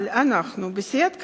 אבל אנחנו, בסיעת קדימה,